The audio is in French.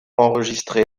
enregistré